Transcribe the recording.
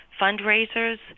fundraisers